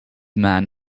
man